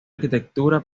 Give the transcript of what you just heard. arquitectura